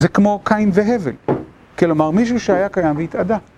זה כמו קין והבל, כלומר, מישהו שהיה קיים והתאדה.